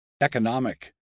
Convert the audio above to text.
economic